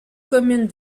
commune